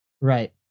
Right